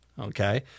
Okay